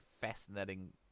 fascinating